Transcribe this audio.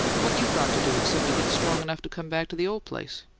what you got to do except to get strong enough to come back to the old place?